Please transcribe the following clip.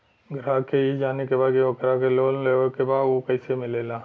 ग्राहक के ई जाने के बा की ओकरा के लोन लेवे के बा ऊ कैसे मिलेला?